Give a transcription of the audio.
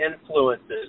influences